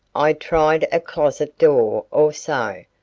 i tried a closet door or so,